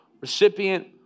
recipient